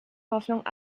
hoffnungen